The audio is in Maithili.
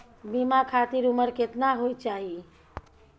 बीमा खातिर उमर केतना होय चाही?